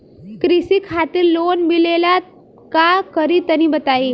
कृषि खातिर लोन मिले ला का करि तनि बताई?